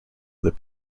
their